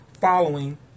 following